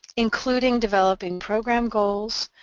including developing program goals,